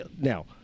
Now